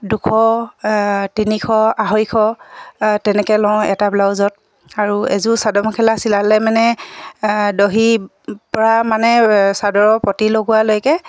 দুশ তিনিশ আঢ়ৈশ তেনেকৈ লওঁ এটা ব্লাউজত আৰু এযোৰ চাদৰ মেখেলা চিলালে মানে দহিৰপৰা মানে চাদৰৰ পতি লগোৱালৈকে